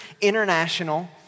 International